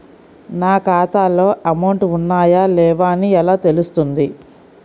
నా ఖాతాలో అమౌంట్ ఉన్నాయా లేవా అని ఎలా తెలుస్తుంది?